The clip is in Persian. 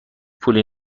پولی